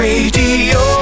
Radio